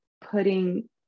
putting